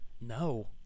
No